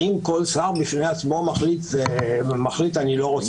האם כל שר בפני עצמו מחליט שהוא לא רוצה